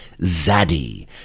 Zaddy